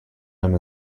him